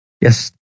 Yes